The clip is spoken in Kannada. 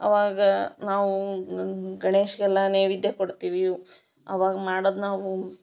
ಆವಾಗ ನಾವು ಗಣೇಶಗೆಲ್ಲ ನೈವೇದ್ಯ ಕೊಡ್ತೀವಿ ಆವಾಗ ಮಾಡೋದು ನಾವು